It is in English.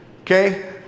okay